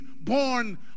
born